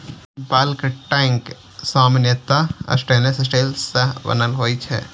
bulk tank सामान्यतः stainless steel सं बनल होइ छै